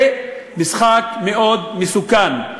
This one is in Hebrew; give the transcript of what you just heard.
זה משחק מאוד מסוכן.